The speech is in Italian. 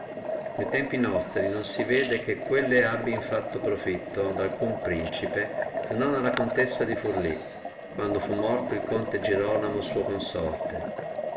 ne tempi nostri non si vede che quelle abbino profittato ad alcuno principe se non alla contessa di furlí quando fu morto el conte girolamo suo consorte